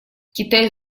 китай